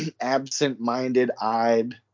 absent-minded-eyed